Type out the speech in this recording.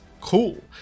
cool